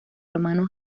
hermano